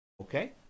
Okay